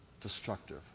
destructive